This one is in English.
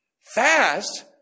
fast